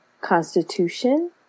constitution